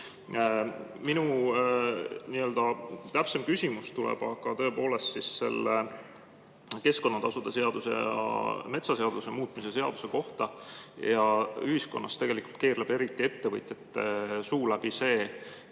Minu täpsem küsimus tuleb aga keskkonnatasude seaduse ja metsaseaduse muutmise seaduse kohta. Ühiskonnas tegelikult keerleb, eriti ettevõtjate suu läbi,